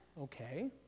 okay